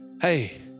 Hey